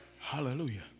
Hallelujah